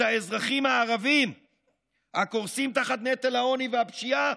האזרחים הערבים הקורסים תחת נטל העוני והפשיעה?